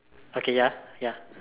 okay ya ya